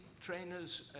trainers